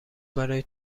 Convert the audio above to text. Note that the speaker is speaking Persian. برای